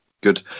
good